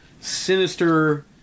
sinister